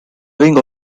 wing